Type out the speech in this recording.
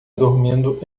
dormindo